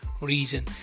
reason